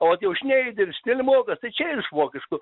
o vat šneideris štelmokas tai čia yr iš vokiško